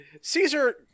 Caesar